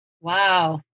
Wow